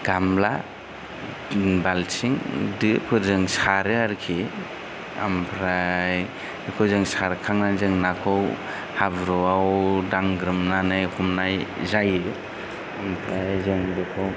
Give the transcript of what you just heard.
गामला बिदिनो बालथिं दोफोरजों सारो आरोखि आमफ्राय बेखौ जों सारखांनानै जों नाखौ हाब्रुआव दांग्रोमनानै हमनाय जायो ओमफ्राय जों बेखौ